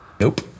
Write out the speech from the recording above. nope